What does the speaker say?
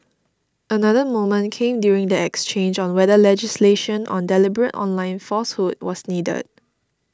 another moment came during the exchange on whether legislation on deliberate online falsehood was needed